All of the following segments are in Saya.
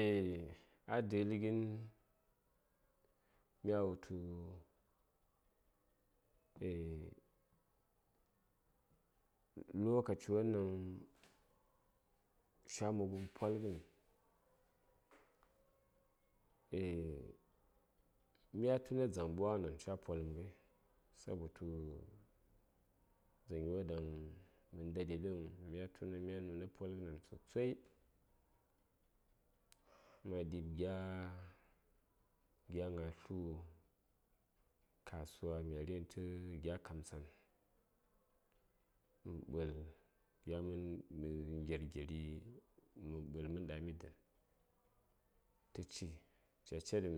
Eah a dəli gin mya wultu eah Lokaci wan daŋ ca mobəm polgən eah mya tuna dzaŋ bwagənan ca polum ghai saboto tu dzaŋ yo daŋ mə ndaɗi mya tuna mya nuna polghənan sosai ma ɗib gya gna tlu kasuwa mya righən tə gya kamtsan bə:L gya ghən mə nger geri mə bə:l mən ɗami dən ca cedəm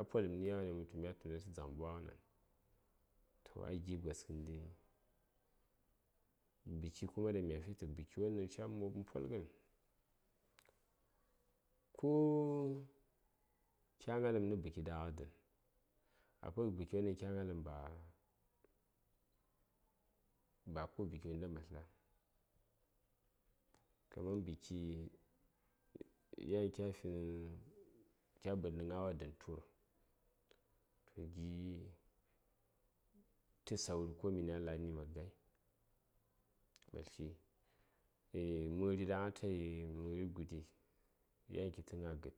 a polum nə ni yawone mə wultu mya tuna tə dzaŋ ɓwagənan toh a gi gos kəndi, buki kuma ɗan mya fitə gon ɗan ca mobəm polghən. ko kya gnaləm nə buki ɗghə dən akwai buki won daŋ kya gnaləm ba ba ko buki gyo unda ma tləŋ kaman buki yan kya ɓədni gnawa dən tu:r toh gi tə sauri ko minə a la: ni ma gayi mə tli eah məri ɗaŋ atayi məri guɗi yan kitə gna gəd